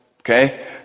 okay